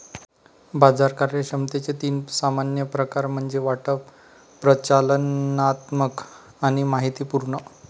बाजार कार्यक्षमतेचे तीन सामान्य प्रकार म्हणजे वाटप, प्रचालनात्मक आणि माहितीपूर्ण